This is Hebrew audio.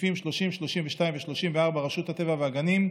סעיפים 30 32 ו-34 (רשות הטבע והגנים,